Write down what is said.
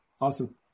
Awesome